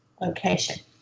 location